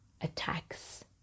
attacks